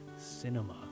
Cinema